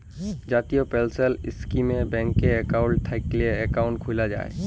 জাতীয় পেলসল ইস্কিমে ব্যাংকে একাউল্ট থ্যাইকলে একাউল্ট খ্যুলা যায়